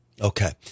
Okay